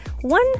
one